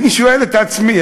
אני שואל את עצמי.